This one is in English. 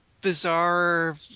bizarre